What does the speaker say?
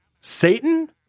Satan